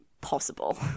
possible